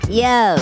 yo